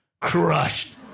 crushed